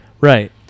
Right